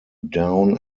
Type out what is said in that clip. down